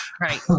Right